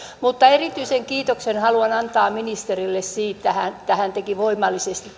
mutta erityisen kiitoksen haluan antaa ministerille siitä että hän teki voimallisesti